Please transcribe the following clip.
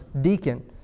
deacon